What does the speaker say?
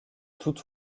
tout